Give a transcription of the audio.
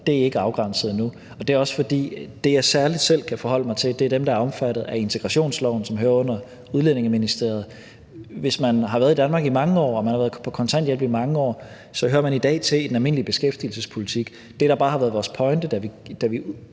er ikke afgrænset endnu. Og det er også, fordi det, jeg særlig selv kan forholde mig til, er dem, der er omfattet af integrationsloven, som hører under Udlændinge- og Integrationsministeriet. Hvis man har været i Danmark i mange år og man har været på kontanthjælp i mange år, hører man i dag til under den almindelige beskæftigelsespolitik. Det, der bare har været vores pointe, da vi udgav